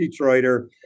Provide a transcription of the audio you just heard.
detroiter